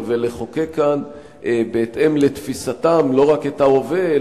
ולחוקק כאן בהתאם לתפיסתם לא רק את ההווה,